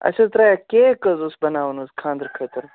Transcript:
اَسہِ حظ ترٛایاو کیک حظ اوس بَناوُن حظ خانٛدرٕ خٲطرٕ